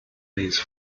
these